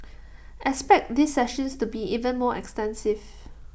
expect these sessions to be even more extensive